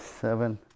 seven